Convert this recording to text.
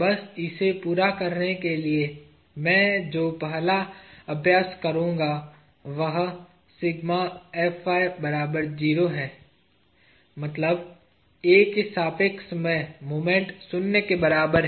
बस इसे पूरा करने के लिए मैं जो पहला अभ्यास करूंगा वह है मतलब A के सापेक्ष में मोमेंट शून्य के बराबर है